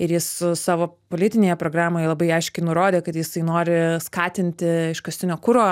ir jis su savo politinėje programoje labai aiškiai nurodė kad jisai nori skatinti iškastinio kuro